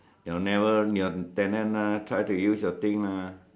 your neighbour your tenant lah tried to use your thing ah